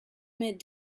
mid